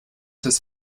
des